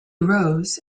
rose